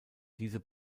diese